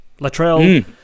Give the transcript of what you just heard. Latrell